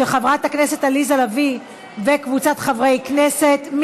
של חברת הכנסת עליזה לביא וקבוצת חברי הכנסת.